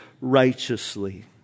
righteously